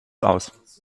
aus